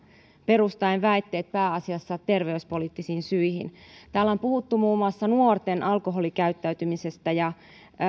perustaen väitteet pääasiassa terveyspoliittisiin syihin täällä on puhuttu muun muassa nuorten alkoholikäyttäytymisestä